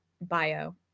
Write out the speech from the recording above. bio